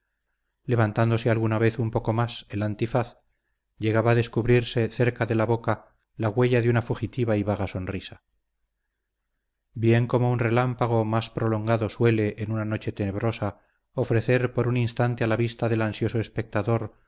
levantándose alguna vez un poco más el antifaz llegaba a descubrirse cerca de la boca la huella de una fugitiva y vaga sonrisa bien como un relámpago más prolongado suele en una noche tenebrosa ofrecer por un instante a la vista del ansioso espectador